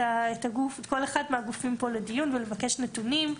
כל אחד מהגופים פה לדיון ולבקש נתונים,